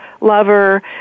lover